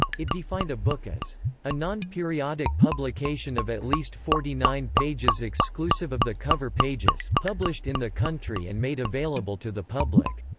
it defined a book as a non-periodic publication of at least forty nine pages exclusive of the cover pages, published in the country and made available to the public